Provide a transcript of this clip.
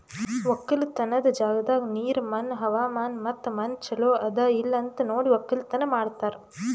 ಒಕ್ಕಲತನದ್ ಜಾಗದಾಗ್ ನೀರ, ಮಣ್ಣ, ಹವಾಮಾನ ಮತ್ತ ಮಣ್ಣ ಚಲೋ ಅದಾ ಇಲ್ಲಾ ಅಂತ್ ನೋಡಿ ಒಕ್ಕಲತನ ಮಾಡ್ತಾರ್